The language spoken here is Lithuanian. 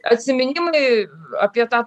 atsiminimai apie tą